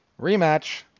rematch